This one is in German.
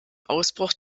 ausbruch